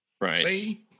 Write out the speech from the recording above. Right